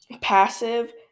passive